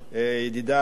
ידידי,